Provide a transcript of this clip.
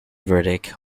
verdict